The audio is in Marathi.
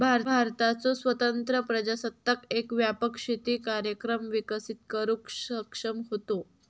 भारताचो स्वतंत्र प्रजासत्ताक एक व्यापक शेती कार्यक्रम विकसित करुक सक्षम होतो